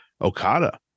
okada